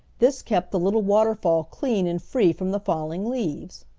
this kept the little waterfall clean and free from the falling leaves.